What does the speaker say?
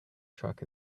truck